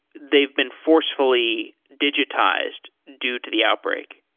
they've been forcefully digitized due to the outbreak.